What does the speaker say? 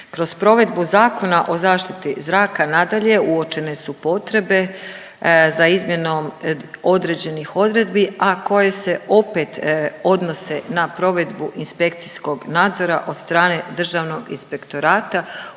Kroz provedbu Zakona o zaštiti zraka nadalje uočene su potrebe za izmjenom određenih odredbi, a koje se opet odnose na provedbu inspekcijskog nadzora od strane Državnog inspektorata, u ovom slučaju vezano za definiranje